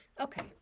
Okay